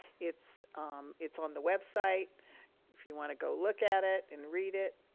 it's it's on the website if you wanna go look at it and read it.